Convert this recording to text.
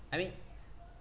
I mean